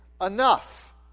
enough